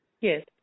Yes